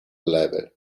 level